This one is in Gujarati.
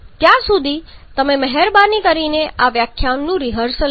ત્યાં સુધી તમે મહેરબાની કરીને આ વ્યાખ્યાનનું રિહર્સલ કરો